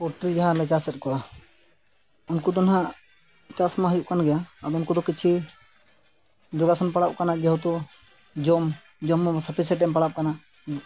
poultry ᱡᱟᱦᱟᱸ ᱞᱮ ᱪᱟᱥᱮᱫ ᱠᱚᱣᱟ ᱩᱱᱠᱩ ᱫᱚ ᱦᱟᱸᱜ ᱪᱟᱥ ᱢᱟ ᱦᱩᱭᱩᱜ ᱠᱟᱱ ᱜᱮᱭᱟ ᱟᱫᱚ ᱩᱱᱠᱩ ᱫᱚ ᱠᱤᱪᱷᱤ ᱡᱳᱜᱟᱥᱚᱱ ᱯᱟᱲᱟᱜ ᱠᱟᱱᱟ ᱡᱮᱦᱮᱛᱩ ᱡᱚᱢ ᱡᱚᱢ ᱥᱟᱯᱷᱤ ᱥᱮᱴᱮᱢ ᱯᱟᱲᱟᱜ ᱠᱟᱱᱟ